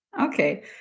Okay